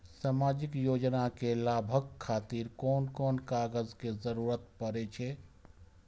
सामाजिक योजना के लाभक खातिर कोन कोन कागज के जरुरत परै छै?